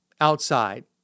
outside